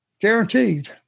Guaranteed